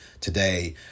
today